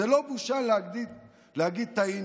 זו לא בושה להגיד "טעינו".